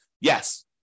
Yes